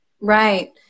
Right